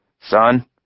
Son